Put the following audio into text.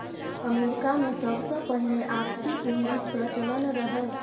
अमरीकामे सबसँ पहिने आपसी पुंजीक प्रचलन रहय